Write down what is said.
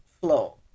flow